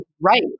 right